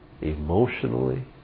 emotionally